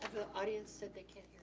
the audience said they can't